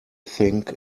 think